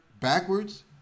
backwards